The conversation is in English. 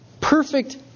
perfect